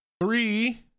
Three